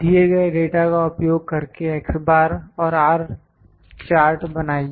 दिए गए डेटा का उपयोग करके X बार और R चार्ट बनाइए